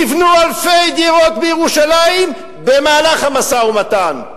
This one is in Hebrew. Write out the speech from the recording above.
נבנו אלפי דירות בירושלים במהלך המשא-ומתן.